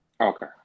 Okay